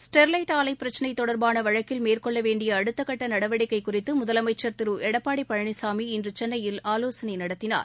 Sterlite ஆலை பிரச்சினை தொடர்பான வழக்கில் மேற்கொள்ள வேண்டிய அடுத்தக்கட்ட நடவடிக்கை குறித்து முதலமைச்சர் திரு எடப்பாடி பழனிசாமி இன்று சென்னையில் ஆலோசனை நடத்தினார்